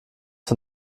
von